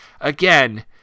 Again